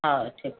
हा ठीकु